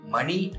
Money